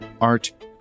art